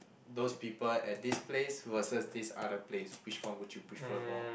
those people at this place versus this other place which one would you prefer more